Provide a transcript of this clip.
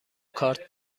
کارت